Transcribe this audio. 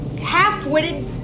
half-witted